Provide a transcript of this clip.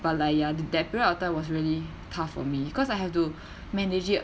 but like ya that period of time was really tough for me because I have to manage it